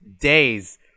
days